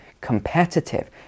competitive